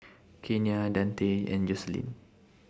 Kenia Dante and Joselyn